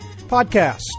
podcast